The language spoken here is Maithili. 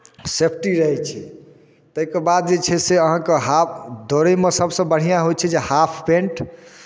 सेफ्टी रहै छै ताहिके बाद जे छै से अहाँकेँ हाफ दौड़ैमे सभसँ बढ़िआँ होइ छै जे हाफ पेंट